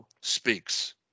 speaks